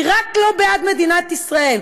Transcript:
היא רק לא בעד מדינת ישראל,